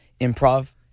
improv